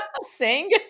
sing